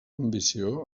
ambició